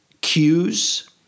cues